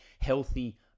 healthy